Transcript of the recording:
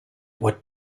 would